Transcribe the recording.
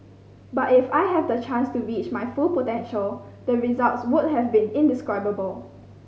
but if I had the chance to reach my full potential the results would have been indescribable